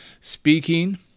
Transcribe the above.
speaking